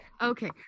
Okay